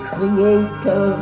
Creator